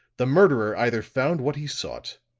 the murderer either found what he sought,